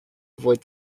avoid